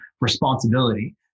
responsibility